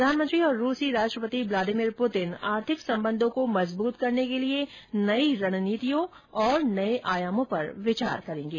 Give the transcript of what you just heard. प्रधानमंत्री और रूसी राष्ट्रपति ब्लादीमीर पुतिन आर्थिक संबंधों को मजबूत करने के लिए नई रणनीतियों और नए आयामों पर विचार करेंगे